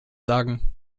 sagen